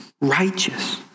righteous